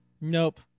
nope